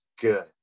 good